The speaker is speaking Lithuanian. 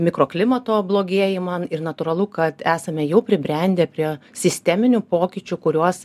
mikroklimato blogėjimą ir natūralu kad esame jau pribrendę prie sisteminių pokyčių kuriuos